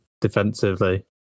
defensively